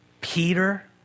Peter